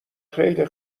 خیلی